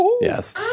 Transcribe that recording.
Yes